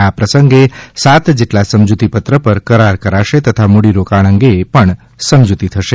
આ પ્રસંગે સાત જેટલા સમજૂતીપત્ર પર કરાર કરાશે તથા રોકાણ અંગે પણ સમજૂતી થશે